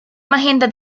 magenta